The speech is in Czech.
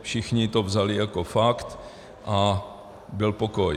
Všichni to vzali jako fakt a byl pokoj.